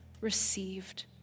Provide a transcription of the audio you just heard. received